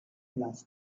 glass